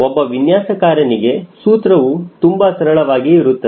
ಒಬ್ಬ ವಿನ್ಯಾಸಕಾರನಿಗೆ ಸೂತ್ರವು ತುಂಬಾ ಸರಳವಾಗಿ ಇರುತ್ತದೆ